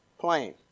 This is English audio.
plane